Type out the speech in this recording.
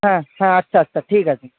হ্যাঁ হ্যাঁ আচ্ছা আচ্ছা ঠিক আছে